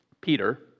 Peter